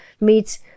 meets